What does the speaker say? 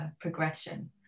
progression